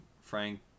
Frank